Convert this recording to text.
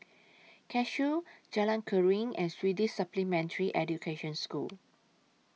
Cashew Jalan Keruing and Swedish Supplementary Education School